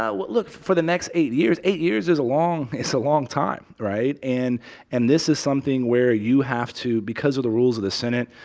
yeah look. for the next eight years eight years is a long it's a long time, right? and and this is something where you have to because of the rules of the senate,